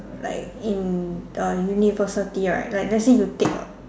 like in the university right like let's say you take